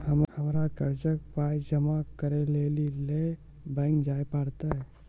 हमरा कर्जक पाय जमा करै लेली लेल बैंक जाए परतै?